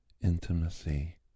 intimacy